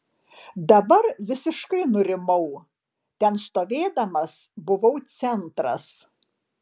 dabar visiškai nurimau ten stovėdamas buvau centras